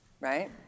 right